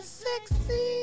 sexy